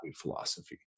philosophy